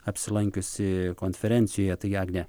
apsilankiusi konferencijoje tai agne